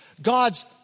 God's